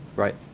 right.